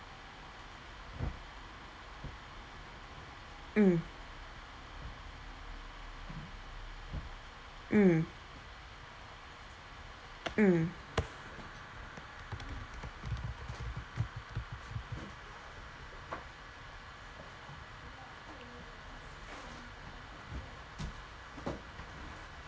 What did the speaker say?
mm mm mm